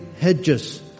hedges